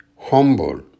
humble